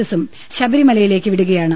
എസ്സും ശബരിമലയിലേക്ക് വിടുകയാണ്